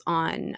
on